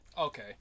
Okay